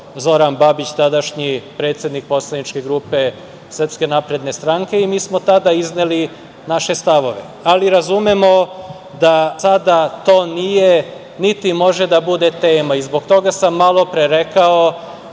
Zoran Babić, tadašnji predsednik poslaničke grupe SNS i mi smo tada izneli naše stavove. Ali, razumemo da sada to nije, niti može da bude tema i zbog toga sam malopre rekao